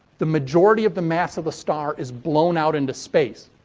the majority of the mass of the star is blown out into space.